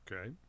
Okay